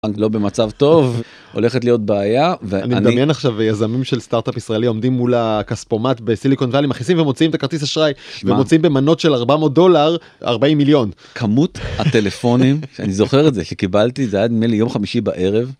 לא במצב טוב, הולכת להיות בעיה. אני מדמיין עכשיו יזמים של סטארטאפ ישראלי עומדים מול הכספומט בסיליקון ואלי מכניסים ומוציאים את הכרטיס אשראי ומוצאים במנות של 400 דולר 40 מיליון. כמות הטלפונים, אני זוכר את זה, שקיבלתי, זה היה נדמה לי יום חמישי בערב.